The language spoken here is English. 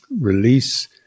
release